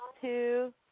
two